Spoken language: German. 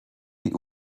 die